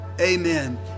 amen